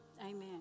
Amen